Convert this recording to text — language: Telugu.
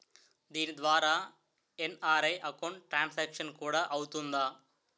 దీని ద్వారా ఎన్.ఆర్.ఐ అకౌంట్ ట్రాన్సాంక్షన్ కూడా అవుతుందా?